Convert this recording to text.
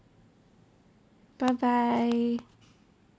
bye bye